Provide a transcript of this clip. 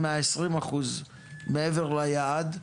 120% מעבר ליעד,